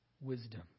wisdom